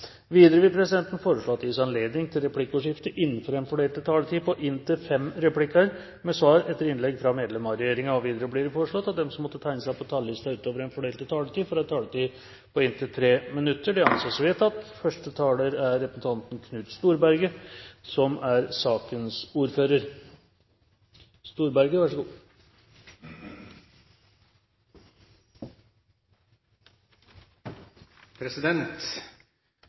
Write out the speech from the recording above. Videre vil presidenten foreslå at det blir gitt anledning til replikkordskifte på inntil fem replikker med svar etter innlegg fra medlemmer av regjeringen. Videre blir det foreslått at de som måtte tegne seg på talerlisten utover den fordelte taletid, får en taletid på inntil 3 minutter. – Det anses vedtatt. Det er ikke noen tvil om at statsregnskapet som vanlig er